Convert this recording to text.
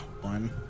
One